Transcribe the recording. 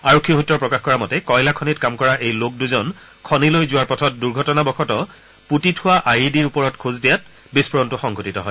আৰক্ষী স্ত্ৰই প্ৰকাশ কৰা মতে কয়লা খনিত কাম কৰা এই লোক দুজন খনিলৈ যোৱাৰ পথত দুৰ্ঘটনাবশতঃ পুতি থোৱা আই ই ডিৰ ওপৰত খোজ দিয়াত বিস্ফোৰণটো সংঘটিত হয়